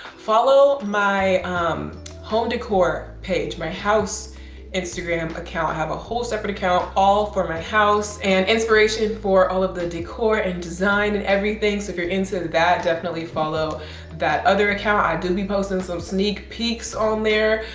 follow up my home decor page, my house instagram account. i have a whole separate account all for my house and inspiration for all of the decor and design and everything. so if you're into that, definitely follow that other account. i do be posting some sneak peeks on there.